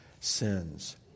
sins